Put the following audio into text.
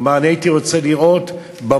הוא אמר: אני הייתי רוצה לראות במוזיאון,